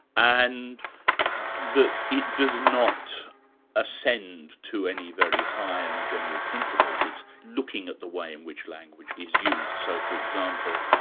and that it does not ascend to any very high and general principles it's looking at the way in which language is used. so, for example,